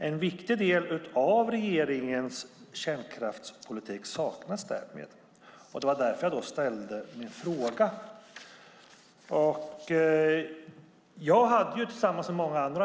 En viktig del av regeringens kärnkraftspolitik saknas därmed. Det var därför jag ställde min fråga.